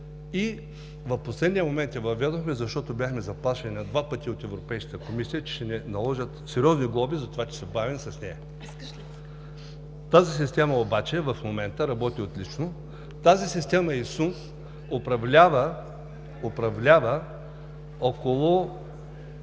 в последния момент я въведохме, защото бяхме заплашени два пъти от Европейската комисия, че ще ни наложат сериозни глоби за това, че се бавим с нея. Тази система обаче в момента работи отлично, тази система ИСУН управлява около